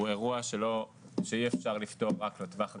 אירוע שאי אפשר לפתור רק לטווח הקצר,